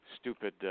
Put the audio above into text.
stupid